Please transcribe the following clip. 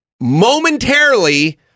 momentarily